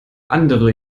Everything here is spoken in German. andere